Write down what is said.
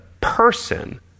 person